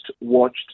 watched